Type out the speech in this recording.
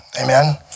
Amen